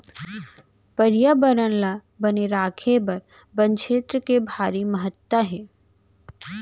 परयाबरन ल बने राखे बर बन छेत्र के भारी महत्ता हे